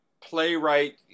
playwright